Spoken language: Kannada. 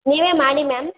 ನೀವೇ ಮಾಡಿ ಮ್ಯಾಮ್